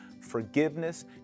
forgiveness